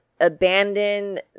abandon